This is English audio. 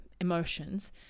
emotions